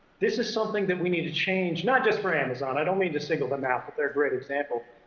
this is something that we need to change, not just for amazon, i don't mean to single them out, but they're a great example.